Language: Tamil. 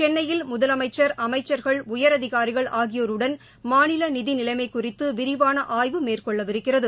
சென்னையில் முதலமைச்ச் அமைச்ச்கள் திருஎன் உயரதிகாரிகள் ஆகியோருடன் மாநிலநிதிநிலைமைகுறித்துவிரிவானஆய்வு மேற்கொள்ளவிருக்கிறது